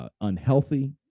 unhealthy